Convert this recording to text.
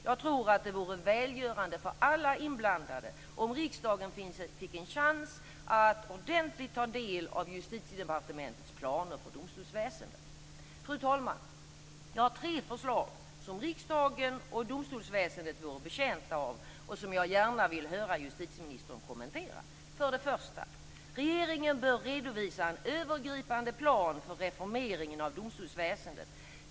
Jag tror att det vore välgörande för alla inblandade om riksdagen fick en chans att ordentligt ta del av Justitiedepartementets planer för domstolsväsendet. Fru talman! Jag har tre förslag som riksdagen och domstolsväsendet vore betjänta av och som jag gärna vill höra justitieministern kommentera: 1. Regeringen bör redovisa en övergripande plan för reformeringen av domstolsväsendet.